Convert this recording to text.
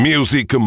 Music